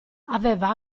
aveva